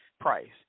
price